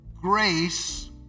grace